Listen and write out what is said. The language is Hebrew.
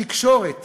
התקשורת